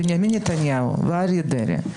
בנימין נתניהו ואריה דרעי.